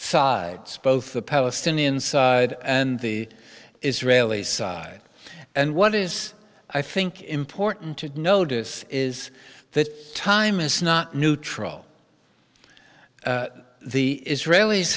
sides both the palestinian side and the israeli side and what is i think important to notice is that time is not neutral the israelis